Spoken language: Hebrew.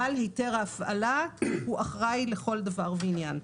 בעל היתר ההפעלה, הוא אחראי לכל דבר ועניין.